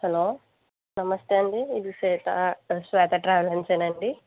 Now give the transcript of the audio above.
hello నమస్తే అండి ఇది శ్వేత శ్వేత ట్రావెల్సేనా అండి